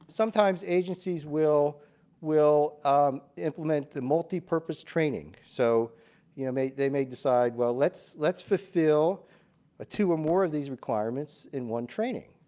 sometimes agencies will will implement a multi-purpose training so you know they may decide well let's let's fulfill ah two or more of these requirements in one training.